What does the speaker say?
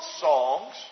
songs